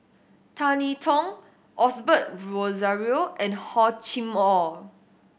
Tan I Tong Osbert Rozario and Hor Chim Or